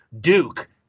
Duke